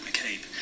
McCabe